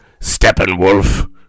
Steppenwolf